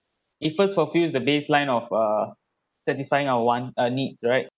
in first of you is the base line of uh satisfying our want uh need right